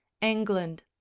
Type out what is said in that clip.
england